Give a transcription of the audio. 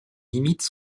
limites